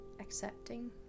accepting